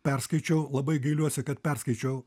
perskaičiau labai gailiuosi kad perskaičiau